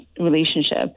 relationship